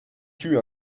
tue